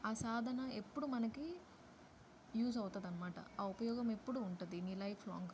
ఆ సాధన ఎప్పుడూ మనకి యూస్ అవుతుంది అనమాట ఆ ఉపయోగం ఎప్పుడూ ఉంటుంది నీ లైఫ్ లాంగ్